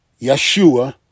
Yeshua